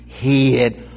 head